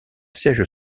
siège